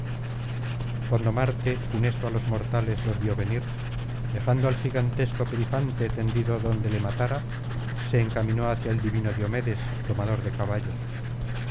cuando marte funesto á los mortales los vio venir dejando al gigantesco perifante tendido donde le matara se encaminó hacia el divino diomedes domador de caballos